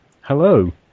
Hello